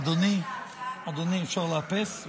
אדוני, אפשר לאפס?